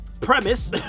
premise